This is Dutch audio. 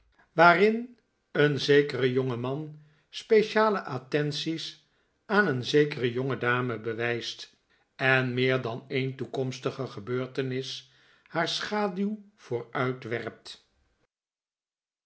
waarin een zekere jongeman speciale attenties aan een zekere jongedame bewijst en meer dan en toekomstige gebeurtenis haar schaduw